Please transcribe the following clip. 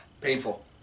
painful